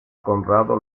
conrado